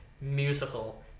musical